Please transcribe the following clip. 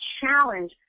challenge